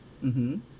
mmhmm